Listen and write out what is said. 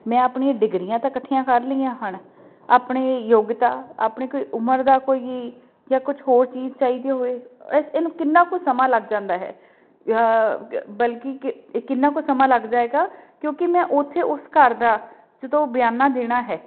ਮੈਂ ਆਪਣੀ ਡਿਗਰੀਆਂ ਤਾਂ ਇਕੱਠੀਆਂ ਕਰ ਲਈਆਂ ਹਨ ਆਪਣੇ ਯੋਗਤਾ ਆਪਣੇ ਕੋਈ ਉਮਰ ਦਾ ਕੋਈ ਜਾਂ ਕੁਛ ਹੋਰ ਚੀਜ਼ ਚਾਹੀਦੀ ਹੋਵੇ ਇਹਨੂੰ ਕਿੰਨਾ ਕੁ ਸਮਾਂ ਲੱਗ ਜਾਂਦਾ ਹੈ ਬਲਕਿ ਕਿੰਨਾ ਕੁ ਸਮਾਂ ਲੱਗ ਜਾਵੇਗਾ ਕਿਉਂਕਿ ਮੈਂ ਉੱਥੇ ਉਸ ਘਰ ਦਾ ਜਦੋਂ ਬਿਆਨਾ ਦੇਣਾ ਹੈ